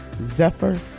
Zephyr